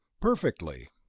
Perfectly